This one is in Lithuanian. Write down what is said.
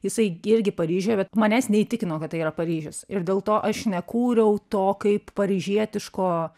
jisai irgi paryžiuje bet manęs neįtikino kad tai yra paryžius ir dėl to aš nekūriau to kaip paryžietiško